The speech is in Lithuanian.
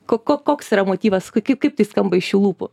ko ko koks yra motyvas kai kai kaip tai skamba iš jų lūpų